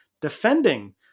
defending